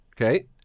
Okay